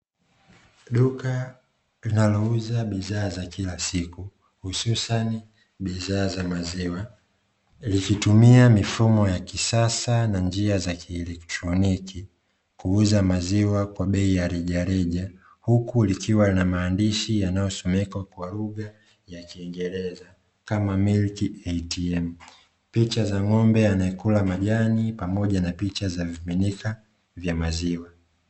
Duka linalouza bidhaa za kila siku hususani bidhaa za maziwa , likitumia mifumo ya kisasa na njia za kielekroniki kuuza maziwa kwa bei ya rejareja, huku likiwa na maandishi yanayosomeka kwa lugha ya kingereza kama ''MAZIWA ATM'', picha za ng'ombe anayekula majani pamoja na picha za vimiminika vya maziwa.